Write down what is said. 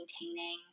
maintaining